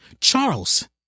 Charles